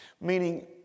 Meaning